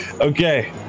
Okay